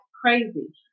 crazy